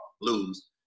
lose